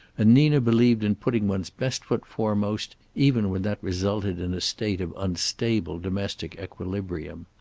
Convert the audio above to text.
and nina believed in putting one's best foot foremost, even when that resulted in a state of unstable domestic equilibrium.